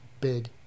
big